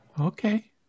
Okay